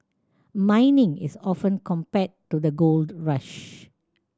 mining is often compared to the gold rush